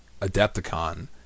Adepticon